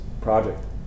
project